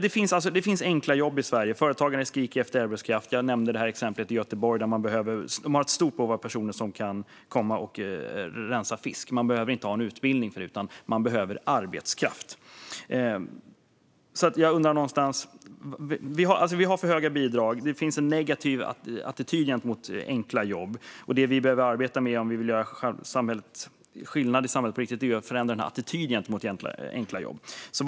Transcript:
Det finns enkla jobb i Sverige, och företagare skriker efter arbetskraft. Jag nämnde exemplet med Göteborg där man har ett stort behov av personer som kan rensa fisk, och det behöver man ingen utbildning för. Vi har för höga bidrag. Samtidigt finns det en negativ attityd till enkla jobb. Om vi på riktigt vill göra skillnad i samhället behöver attityden till enkla jobb förändras.